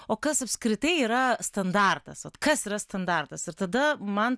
o kas apskritai yra standartas vat kas yra standartas ir tada man